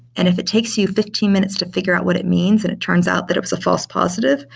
and if it takes you fifteen minutes to figure out what it means and it turns out that it was a false positive,